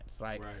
right